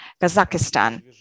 Kazakhstan